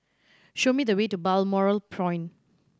show me the way to Balmoral Point